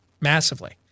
massively